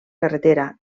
carretera